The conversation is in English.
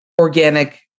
organic